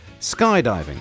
skydiving